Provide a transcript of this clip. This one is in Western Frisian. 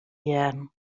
hearren